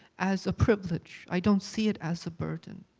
as a privilege, i don't see it as a burden.